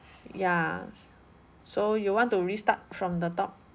ya so you want to restart from the top